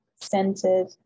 centered